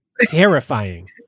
terrifying